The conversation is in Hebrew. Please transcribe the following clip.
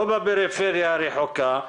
לא בפריפריה הרחוקה,